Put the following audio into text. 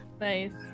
Nice